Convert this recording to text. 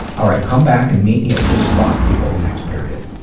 alright, come back and meet me at this spot before the next period.